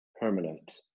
permanent